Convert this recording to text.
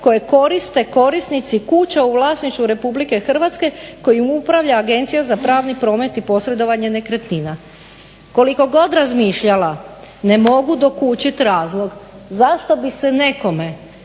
koje koriste korisnici kuća u vlasništvu RH kojim upravlja Agencija za pravni promet i posredovanje nekretnina. Koliko god razmišljala ne mogu dokučit razlog zašto bi se nekome